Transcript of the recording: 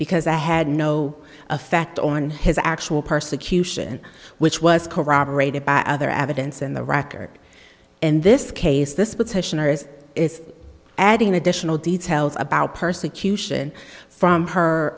because i had no effect on his actual persecution which was corroborated by other evidence in the record in this case this petitioners is adding additional details about persecution from her